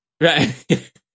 Right